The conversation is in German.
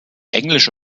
englische